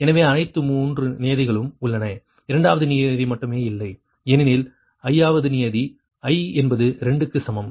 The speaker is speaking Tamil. எனவே அனைத்து 3 நியதிகளும் உள்ளன இரண்டாவது நியதி மட்டுமே இல்லை ஏனெனில் இது i ஆவது நியதி i என்பது 2 க்கு சமம்